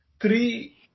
three